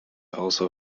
also